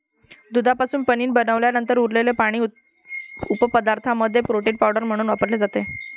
दुधापासून पनीर बनवल्यानंतर उरलेले पाणी उपपदार्थांमध्ये प्रोटीन पावडर म्हणून वापरले जाते